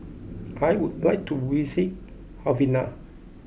I would like to visit Havana